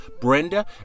Brenda